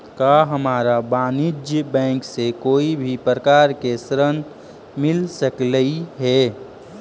का हमरा वाणिज्य बैंक से कोई भी प्रकार के ऋण मिल सकलई हे?